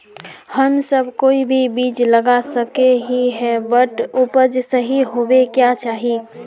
हम सब कोई भी बीज लगा सके ही है बट उपज सही होबे क्याँ चाहिए?